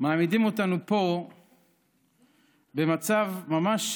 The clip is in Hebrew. מעמידים אותנו פה במצב ממש